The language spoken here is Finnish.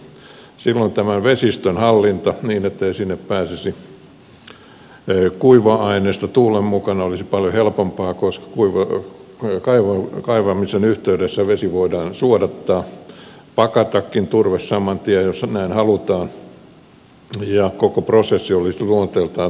silloin tämä vesistön hallinta niin ettei sinne pääsisi kuiva ainesta tuulen mukana olisi paljon helpompaa koska kaivamisen yhteydessä vesi voidaan suodattaa pakatakin turve saman tien jos näin halutaan ja koko prosessi olisi luonteeltaan toisenlainen